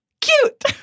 cute